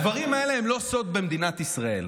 הדברים האלה הם לא סוד במדינת ישראל.